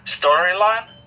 storyline